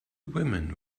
women